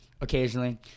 occasionally